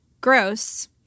gross